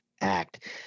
act